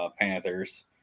Panthers